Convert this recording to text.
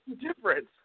difference